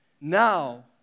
Now